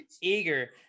eager